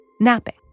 napping